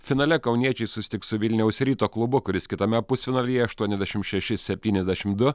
finale kauniečiai susitiks su vilniaus ryto klubu kuris kitame pusfinalyje aštuoniasdešimt šeši septyniasdešimt du